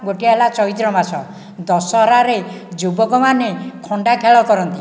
ଗୋଟିଏ ହେଲା ଚୈତ୍ର ମାସ ଦଶହରାରେ ଯୁବକମାନେ ଖଣ୍ଡା ଖେଳ କରନ୍ତି